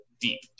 deep